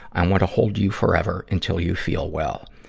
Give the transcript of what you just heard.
i want to hold you forever until you feel well.